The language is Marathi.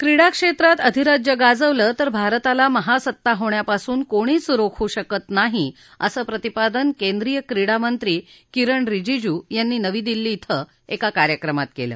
क्रीडा क्षेत्रात अधिराज्य गाजवलं तर भारताला महासत्ता होण्यापासून कोणीच रोखू शकत नाही असं प्रतिपादन केंद्रीय क्रीडा मंत्री किरण रिजिजू यांनी नवी दिल्ली इथं एका कार्यक्रमात केलं